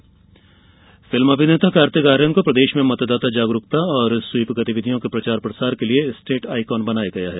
state icon film अभिनेता कार्तिक आर्यन को प्रदेश में मतदाता जागरूकता और स्वीप गतिविधियों के प्रचार प्रसार के लिये स्टेट ऑइकॉन बनाया गया है